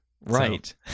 Right